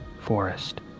forest